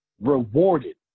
rewarded